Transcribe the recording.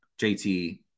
JT